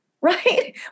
right